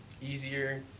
Easier